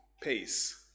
pace